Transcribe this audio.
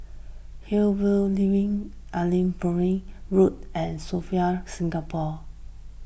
Hillview Link Allanbrooke Road and Sofitel Singapore